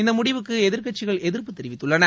இந்த முடிவுக்கு எதிர்க்கட்சிகள் எதிர்ப்பு தெரிவித்துள்ளன